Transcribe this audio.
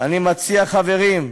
אני מציע, חברים,